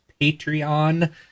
Patreon